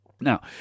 Now